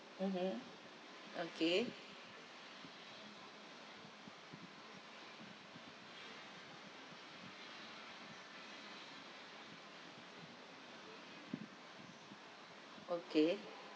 mmhmm okay okay